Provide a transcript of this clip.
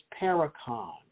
paracon